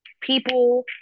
people